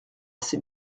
ces